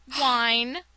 Wine